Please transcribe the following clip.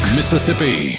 Mississippi